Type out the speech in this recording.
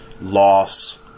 Loss